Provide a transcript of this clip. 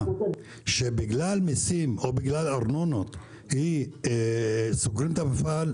שבגלל מיסים או בגלל ארנונה סוגרים את המפעל,